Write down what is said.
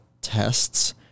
tests